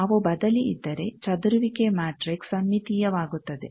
ಅವು ಬದಲಿ ಇದ್ದರೆ ಚದುರುವಿಕೆ ಮ್ಯಾಟ್ರಿಕ್ಸ್ ಸಮ್ಮಿತೀಯವಾಗುತ್ತದೆ